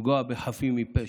לפגוע בחפים מפשע,